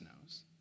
knows